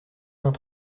vingt